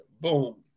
boom